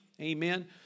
Amen